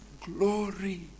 glory